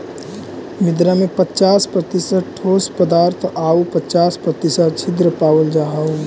मृदा में पच्चास प्रतिशत ठोस पदार्थ आउ पच्चास प्रतिशत छिद्र पावल जा हइ